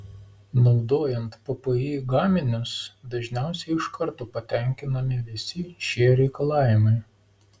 naudojant ppi gaminius dažniausiai iš karto patenkinami visi šie reikalavimai